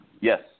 Yes